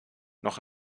noch